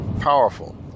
powerful